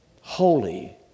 holy